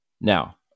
Now